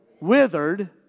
Withered